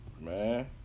Man